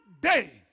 day